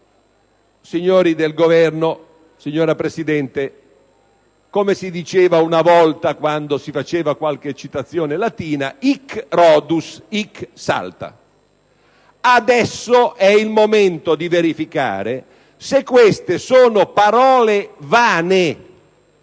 signori del Governo, signora Presidente, come si diceva una volta quando si faceva qualche citazione latina, *hic Rhodus, hic salta*: adesso è il momento di verificare se queste sono parole vane,